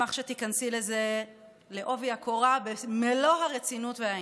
ונשמח שתיכנסי בעובי הקורה במלוא הרצינות והעניין.